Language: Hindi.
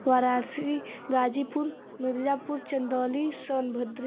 वाराणसी गाजीपुर मिर्ज़ापुर चंदौली सोनभद्र